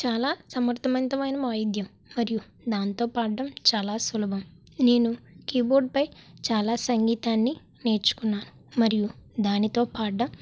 చాలా సమర్థవంతమైన వాయిద్యం మరియు దాంతోపాడ్డం చాలా సులభం నేను కీబోర్డ్పై చాలా సంగీతాన్ని నేర్చుకున్నాను మరియు దానితో పాడడం